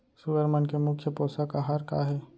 सुअर मन के मुख्य पोसक आहार का हे?